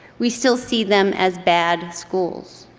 we still see them as bad schools.